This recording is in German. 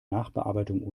nachbearbeitung